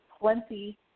plenty